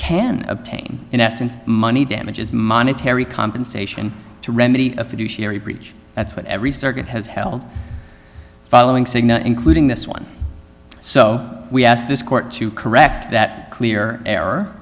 can obtain in essence money damages monetary compensation to remedy a fiduciary breach that's what every circuit has held following cigna including this one so we ask this court to correct that clear er